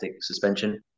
suspension